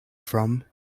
from